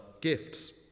gifts